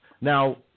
Now